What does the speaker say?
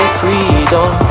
freedom